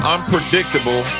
Unpredictable